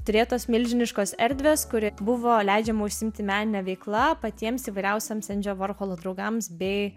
turėtos milžiniškos erdvės kuri buvo leidžiama užsiimti menine veikla patiems įvairiausiems endžio vorholo draugams bei